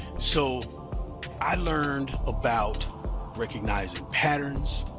so i learned about recognizing patterns,